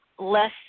less